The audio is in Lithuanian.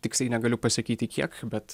tiksliai negaliu pasakyti kiek bet